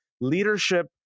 leadership